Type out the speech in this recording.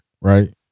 right